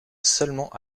seulement